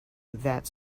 that